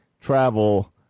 travel